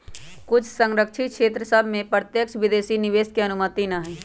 कुछ सँरक्षित क्षेत्र सभ में प्रत्यक्ष विदेशी निवेश के अनुमति न हइ